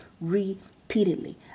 repeatedly